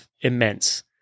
immense